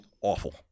awful